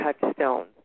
touchstones